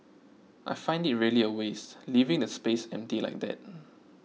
I find it really a waste leaving the space empty like that